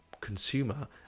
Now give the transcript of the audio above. consumer